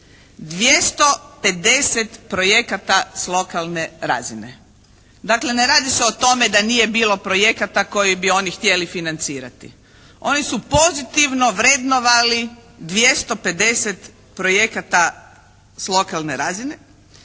250 projekata s lokalne razine. Dakle ne radi se o tome da nije bilo projekata koji bi oni htjeli financirati. Oni su pozitivno vrednovali 250 projekata s lokalne razine.